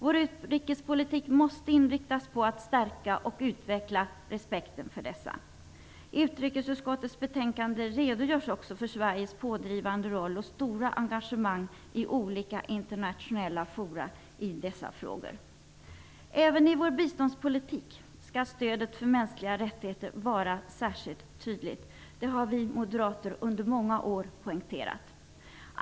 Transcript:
Vår utrikespolitik måste inriktas på att stärka och utveckla respekten för dessa. I utrikesutskottets betänkande redogörs också för Sveriges pådrivande roll och stora engagemang i dessa frågor i olika internationella fora. Även i vår biståndspolitik skall stödet för mänskliga rättigheter vara särskilt tydligt. Det har vi moderater poängterat under många år.